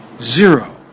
zero